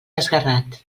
esguerrat